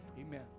Amen